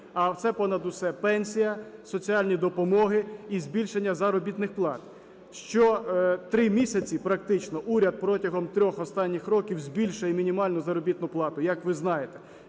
а це понад усе пенсія, соціальні допомоги і збільшення заробітних плат, що три місяці практично уряд, протягом трьох останніх років, збільшує мінімальну заробітну плату, як ви знаєте.